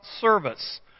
service